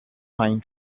pine